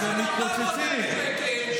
אתם מתפוצצים.